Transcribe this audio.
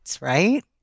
right